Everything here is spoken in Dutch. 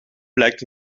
blijkt